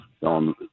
on